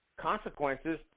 consequences